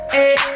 Hey